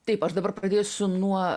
taip aš dabar pradėsiu nuo